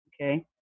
Okay